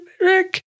Rick